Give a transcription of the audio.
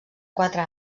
quatre